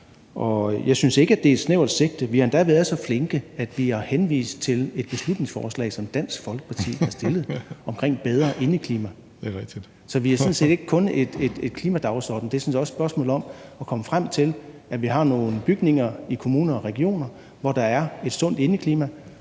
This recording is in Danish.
jeg synes ikke, at det er et snævert sigte. Vi har endda været så flinke, at vi har henvist til et beslutningsforslag, som Dansk Folkeparti har fremsat, om bedre indeklima. Så det er sådan set ikke kun en klimadagsorden; det er sådan set også et spørgsmål om at komme frem til, at vi har nogle bygninger i kommuner og regioner, hvor der er et sundt indeklima,